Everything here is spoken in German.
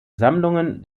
sammlungen